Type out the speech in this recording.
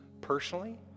personally